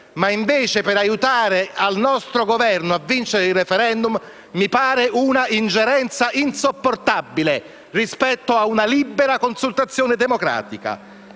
ma per aiutare il nostro Governo a vincere il *referendum.* Mi pare un'ingerenza insopportabile ai danni di una libera consultazione democratica